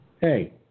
Hey